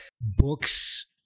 books